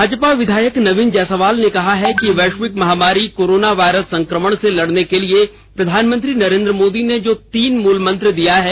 भाजपा विधायक नवीन जायसवाल ने कहा है कि वैश्विक महामारी कोरोना वायरस संक्रमण से लड़ने के लिए प्रधानमंत्री नरेंद्र मोदी ने जो तीन मूल मंत्र दिया है